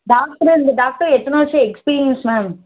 doctor இந்த doctor எத்தனை வருஷம் எக்ஸ்பீரியன்ஸ் மேம்